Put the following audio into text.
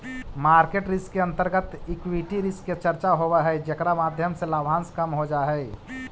market risk के अंतर्गत equity risk के चर्चा होवऽ हई जेकरा माध्यम से लाभांश कम हो जा हई